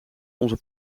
onze